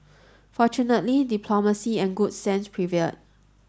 fortunately diplomacy and good sense prevailed